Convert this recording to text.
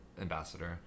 ambassador